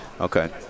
Okay